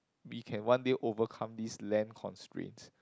we can one day overcome these land constraints